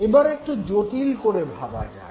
এবার একটু জটিল করে ভাবা যাক